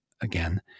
again